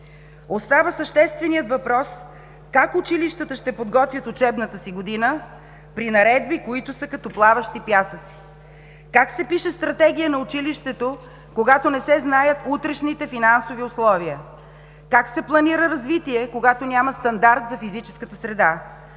Остава същественият въпрос как училищата ще подготвят учебната си година при наредби, които са като плаващи пясъци. Как се пише Стратегия на училището, когато не се знаят утрешните финансови условия? Как се планира развитие, когато няма стандарт за физическата среда?